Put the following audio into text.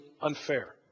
unfair